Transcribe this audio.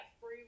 free